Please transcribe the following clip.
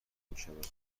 میشود